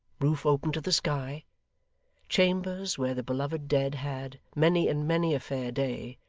roof open to the sky chambers, where the beloved dead had, many and many a fair day,